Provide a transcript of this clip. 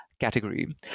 category